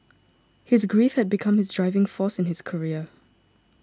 his grief had become his driving force in his career